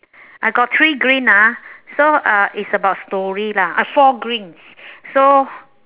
I got three green ah so uh it's about stories lah four greens so